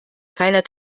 keiner